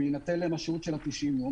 ותינתן להם שהות של 90 יום,